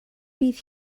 bydd